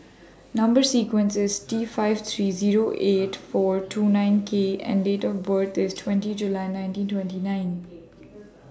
Number sequence IS T five three eight four two nine K and Date of birth IS twenty July nineteen twenty nine